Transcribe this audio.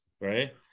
right